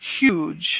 huge